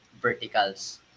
verticals